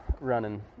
running